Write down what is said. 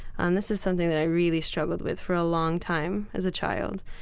and this is something that i really struggled with for a long time as a child.